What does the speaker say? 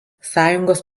sąjungos